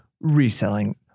reselling